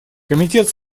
комитет